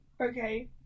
okay